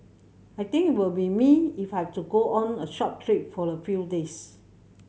I think it will be me if I have to go on a short trip for a few days